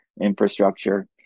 infrastructure